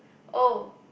oh